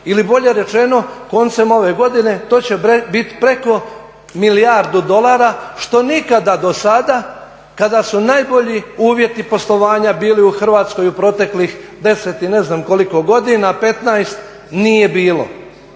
Ili bolje rečeno koncem ove godine to će biti preko milijardu dolara, što nikada dosada kada su najbolji uvjeti poslovanja bili u Hrvatskoj u proteklih 10 i ne znam koliko godina, 15, nije bilo.